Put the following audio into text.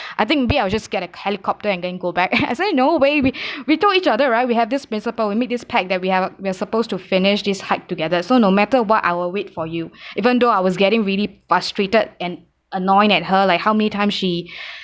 I think may be I'll just get a helicopter and then go back I said no way we we told each other right we have this principle we made this pact that we are we're supposed to finish this hike together so no matter what I will wait for you even though I was getting really frustrated and annoyed at her like how many time she